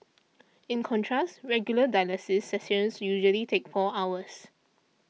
in contrast regular dialysis sessions usually take four hours